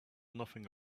nothing